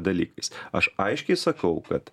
dalykais aš aiškiai sakau kad